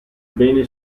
bene